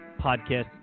podcast